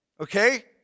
okay